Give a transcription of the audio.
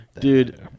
Dude